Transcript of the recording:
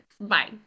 bye